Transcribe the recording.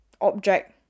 object